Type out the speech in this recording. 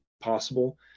possible